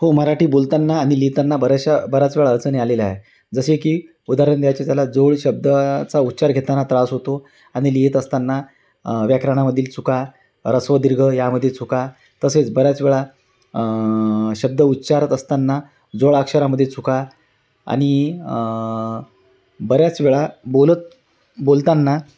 हो मराठी बोलताना आणि लिहताना बऱ्याचशा बऱ्याच वेळा अडचणी आलेला आहे जसे की उदाहरण द्यायचे झाला जोडशब्दाचा उच्चार घेताना त्रास होतो आणि लिहित असताना व्याकरणामधील चुका ऱ्हस्व दीर्घ यामधील चुका तसेच बऱ्याच वेळा शब्द उच्चारत असताना जोडाक्षरामध्ये चुका आणि बऱ्याच वेळा बोलत बोलताना